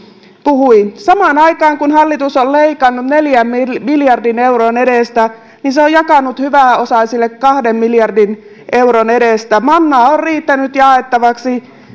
puhui samaan aikaan kun hallitus on leikannut neljän miljardin euron edestä se on on jakanut hyväosaisille kahden miljardin euron edestä mannaa on riittänyt jaettavaksi